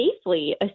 safely